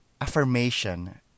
affirmation